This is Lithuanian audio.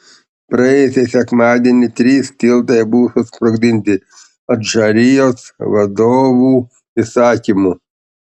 praėjusį sekmadienį trys tiltai buvo susprogdinti adžarijos vadovų įsakymu